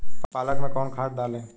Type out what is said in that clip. पालक में कौन खाद डाली?